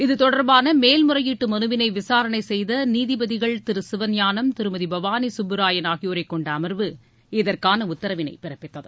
இத்தொடர்பான மேல் முறையீட்டு மனுவினை விசாரணை செய்த நீதிபதிகள் திரு சிவஞானம் திருமதி பவானி சுப்புராயன் ஆகியோரை கொண்ட அமர்வு இதற்கான உத்தரவினை பிறப்பித்தது